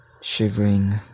shivering